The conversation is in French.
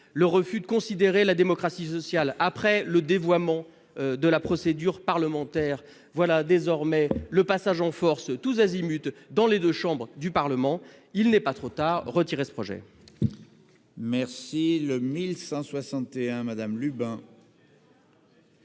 au mépris de la démocratie sociale, après le dévoiement de la procédure parlementaire, voilà désormais le passage en force tous azimuts dans les deux chambres du Parlement. Il n'est pas trop tard, retirez ce projet